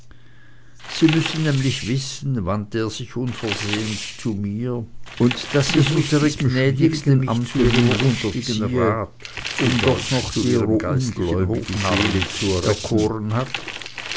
sie müssen nämlich wissen wandte er sich unversehens zu mir daß unsere gnädigste mich zu ihrem lustigen rat zu deutsch zu ihrem geistlichen hofnarren erkoren hat